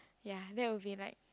ya that will be like